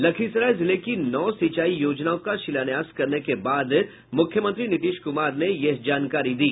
लखीसराय जिले की नौ सिंचाई योजनाओं का शिलान्यास करने के बाद मुख्यमंत्री नीतीश कुमार ने ये जानकारी दी